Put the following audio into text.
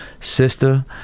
sister